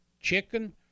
chicken